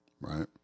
Right